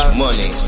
money